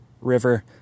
river